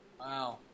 Wow